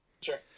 Sure